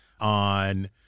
on